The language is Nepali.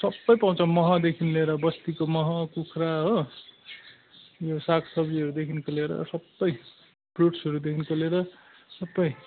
सबै पाउँछ महदेखि लिएर बस्तीको मह कुखुरा हो यो सागसब्जीहरूदेखिको लिएर सबै फ्रुट्सहरूदेखिको लिएर सबै